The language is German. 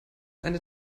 eine